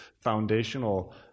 foundational